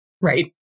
right